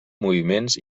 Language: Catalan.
moviments